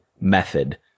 method